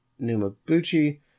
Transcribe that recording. Numabuchi-